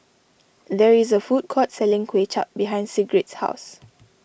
there is a food court selling Kuay Chap behind Sigrid's house